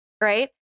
right